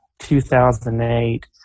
2008